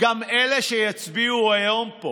אלה שיצביעו היום פה